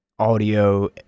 audio